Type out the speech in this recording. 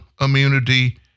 immunity